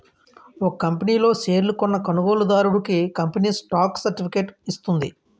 ఒక కంపనీ లో షేర్లు కొన్న కొనుగోలుదారుడికి కంపెనీ స్టాక్ సర్టిఫికేట్ ఇస్తుంది